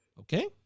Okay